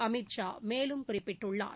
அமித் ஷா மேலும் குறிப்பிட்டுள்ளார்